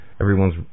everyone's